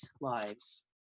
lives